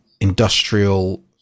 industrial